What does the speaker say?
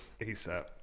ASAP